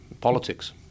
Politics